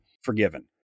forgiven